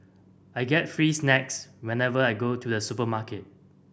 I get free snacks whenever I go to the supermarket